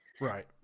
right